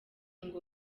ngo